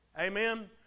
Amen